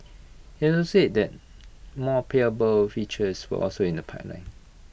he also said that more payable features were also in the pipeline